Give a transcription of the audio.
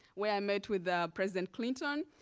where i met with president clinton.